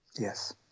Yes